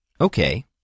Okay